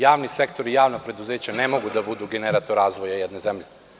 Javni sektor i javna preduzeća ne mogu da budu generator razvoja jedne zemlje.